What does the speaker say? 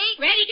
Ready